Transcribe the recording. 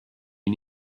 you